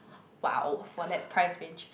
!wow! for that price range